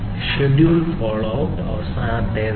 schedule follow up അവസാനത്തേതാണ്